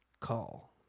call